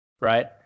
right